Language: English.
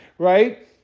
Right